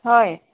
হয়